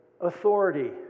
authority